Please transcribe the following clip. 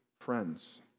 friends